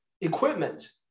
equipment